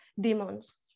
demons